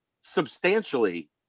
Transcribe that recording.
substantially